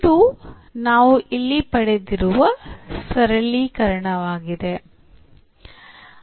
ಇದು ನಾವು ಇಲ್ಲಿ ಪಡೆದಿರುವ ಸರಳೀಕರಣವಾಗಿದೆ